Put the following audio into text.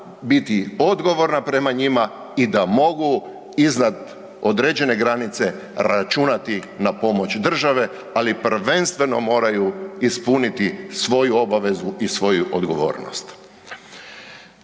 biti odgovorna prema njima i da mogu iznad određene granice računati na pomoć države, ali prvenstveno moraju ispuniti svoju obavezu i svoju odgovornost.